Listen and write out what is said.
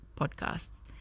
podcasts